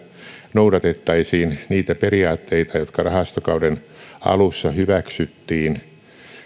noudatettaisiin niitä periaatteita jotka rahastokauden alussa hyväksyttiin